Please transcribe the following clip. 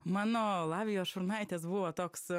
mano lavijos šurnaitės buvo toks